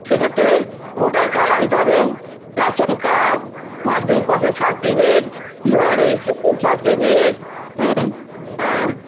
সেক্ষেত্রে voter card আনতে হবে রেশন কার্ড মাধ্যমিক পাশের সার্টিফিকেট বিবাহ রেজিট্রেশন সার্টিফিকেট হুম হ্যাঁ